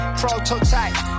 prototype